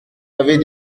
avez